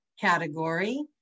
category